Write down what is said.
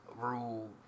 Rule